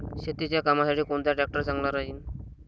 शेतीच्या कामासाठी कोनचा ट्रॅक्टर चांगला राहीन?